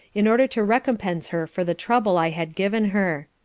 in order to recompence her for the trouble i had given her.